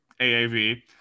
AAV